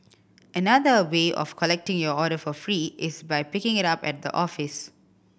another way of collecting your order for free is by picking it up at the office